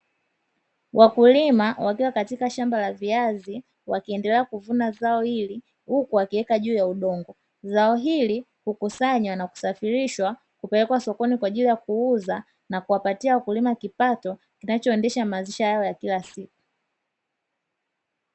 Wakulima wakiwa katika shamba la viazi wakiendelea kuvuna zao hili huku wakiweka juu ya udongo. Zao hili hukusanywa na kusafirishwa kupelekwa sokoni kwa ajili ya kuuza na kuwapatia wakulima kipato kinachoendesha maisha yao ya kila siku.